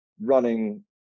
running